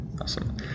Awesome